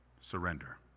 surrender